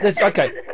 okay